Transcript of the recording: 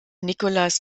nicholas